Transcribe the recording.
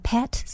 Pet